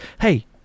Hey